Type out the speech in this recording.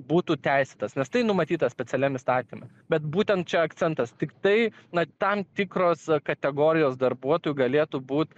būtų teisėtas nes tai numatyta specialiam įstatyme bet būtent čia akcentas tiktai na tam tikros kategorijos darbuotojų galėtų būt